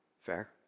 Fair